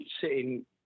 sitting